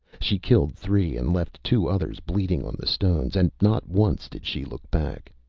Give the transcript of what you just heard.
she killed three, and left two others bleeding on the stones, and not once did she look back.